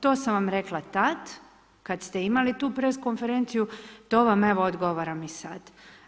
To sam vam rekla tad kada ste imali tu press konferenciju, to vam evo odgovaram i sad.